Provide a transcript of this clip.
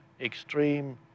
extreme